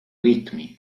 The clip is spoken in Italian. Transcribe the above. ritmi